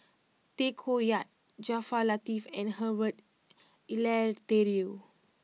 Tay Koh Yat Jaafar Latiff and Herbert Eleuterio